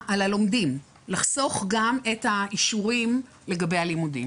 הלומדים, לחסוך גם את האישורים לגבי הלימודים.